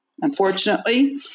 unfortunately